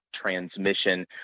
transmission